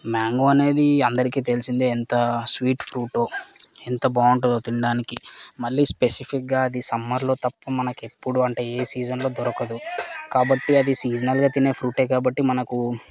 mango అనేది అందరికీ తెలిసిందే ఎంత స్వీట్ ఫ్రూటో ఎంత బాగుంటుందో తినడానికి మళ్ళీ స్పెసిఫిక్గా అది సమ్మర్లో తప్ప మనకు ఎప్పుడు అంటే ఏ సీజన్లో దొరకదు కాబట్టి అది సీజనల్గా తినే ఫ్రూట్ కాబట్టి మనకు